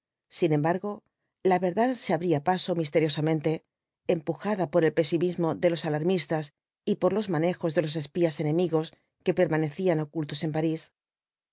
sin embargo la verdad se abría paso misteriosamente empujada por el pesimismo de los alarmistas y por los manejos de los espías enemigos que permanecían ocultos en parís